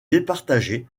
départager